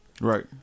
right